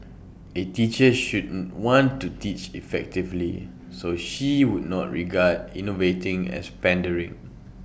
A teacher should want to teach effectively so she would not regard innovating as pandering